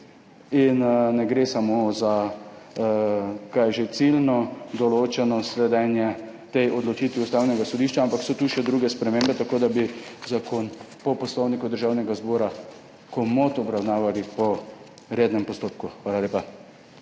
in ne gre samo za ciljno določeno sledenje tej odločitvi Ustavnega sodišča, ampak so tu še druge spremembe, tako da bi zakon po Poslovniku Državnega zbora lahko preprosto obravnavali po rednem postopku. Hvala lepa.